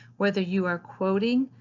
whether you are quoting,